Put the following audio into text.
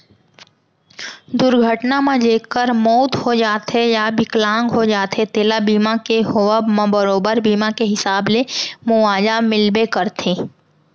दुरघटना म जेकर मउत हो जाथे या बिकलांग हो जाथें तेला बीमा के होवब म बरोबर बीमा के हिसाब ले मुवाजा मिलबे करथे